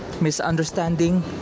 Misunderstanding